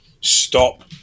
stop